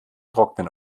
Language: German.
trocknen